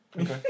Okay